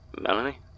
Melanie